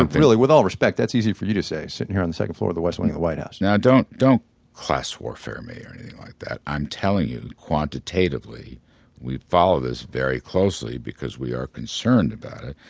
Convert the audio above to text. really with all respect that's easy for you to say sitting here on the second floor of the west wing of the white house now, don't don't class warfare me or anything like that. i'm telling you quantitatively we follow this very closely because we are concerned about it.